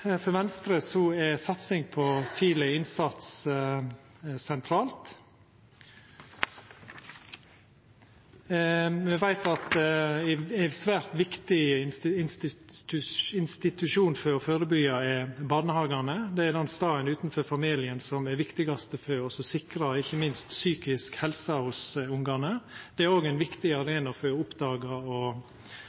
tidleg innsats sentralt. Me veit at barnehagane er ein svært viktig institusjon for å førebyggja. Det er den staden utanfor familien som er viktigast for å sikra ikkje minst psykisk helse hos ungane. Det er òg ein viktig arena for å oppdaga og